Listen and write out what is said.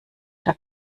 der